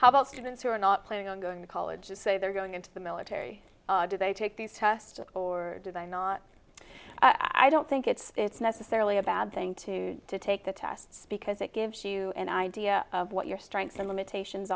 how about students who are not planning on going to college just say they're going into the military do they take these tests or do they not i don't think it's it's necessarily a bad thing to do to take the tests because it gives you an idea of what your strengths and limitations